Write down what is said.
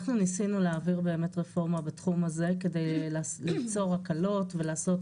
אנחנו ניסינו להעביר באמת רפורמה בתחום הזה כדי ליצור הקלות ולעשות